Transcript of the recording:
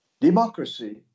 Democracy